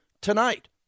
tonight